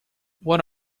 what